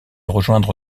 rejoindre